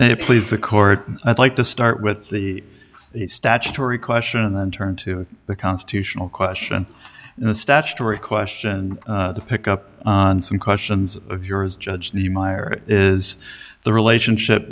it please the court i'd like to start with the statutory question and then turn to the constitutional question in the statutory question and pick up on some questions of yours judge the mire is the relationship